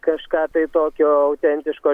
kažką tai tokio autentiško